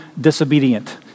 disobedient